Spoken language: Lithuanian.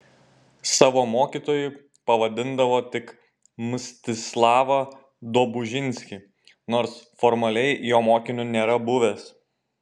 savo mokytoju pavadindavo tik mstislavą dobužinskį nors formaliai jo mokiniu nėra buvęs